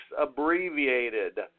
abbreviated